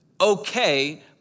okay